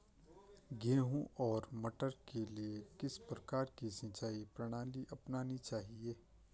गेहूँ और मटर के लिए किस प्रकार की सिंचाई प्रणाली अपनानी चाहिये?